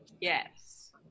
Yes